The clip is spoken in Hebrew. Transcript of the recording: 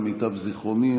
למיטב זיכרוני,